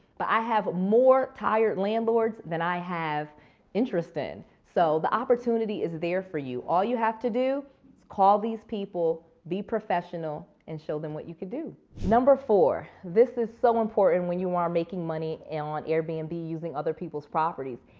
but i have more tired landlords than i have interest in. so, the opportunity is there for you. all you have to do call these people, be professional and show them what you can do. number four, this is so important when you are making money on airbnb and using other people's property.